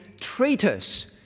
traitors